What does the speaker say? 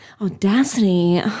audacity